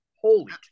Holy